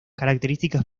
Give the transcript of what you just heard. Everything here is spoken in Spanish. características